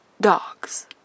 dogs